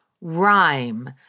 rhyme